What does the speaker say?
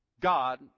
God